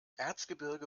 erzgebirge